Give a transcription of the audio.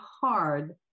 hard